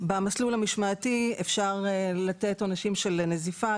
במסלול המשמעתי אפשר לתת עונשים של נזיפה,